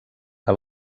que